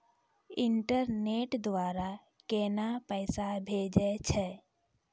Internet के द्वारा केना पैसा भेजय छै?